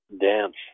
dance